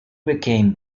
became